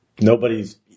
nobody's